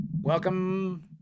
welcome